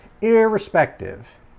Irrespective